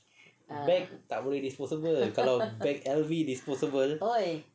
bag tak boleh disposable kalau beg L_V disposable